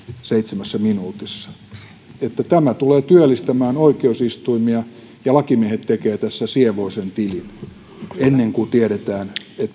seitsemässä minuutissa tämä tulee työllistämään oikeusistuimia ja lakimiehet tekevät tässä sievoisen tilin ennen kuin tiedetään